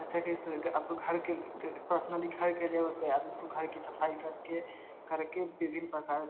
जैसे की पर्सनली घर के लेवल पर आते हैं तो घर की सफाई करके विभिन्न प्रकार